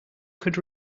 could